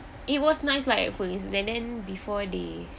it was nice like at first and then before they